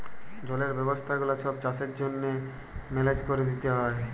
জলের ব্যবস্থা গুলা ছব চাষের জ্যনহে মেলেজ ক্যরে লিতে হ্যয়